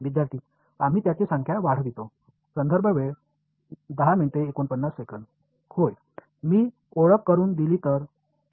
विद्यार्थीः आम्ही त्याची संख्या वाढवितो होय मी ओळख करून दिली तर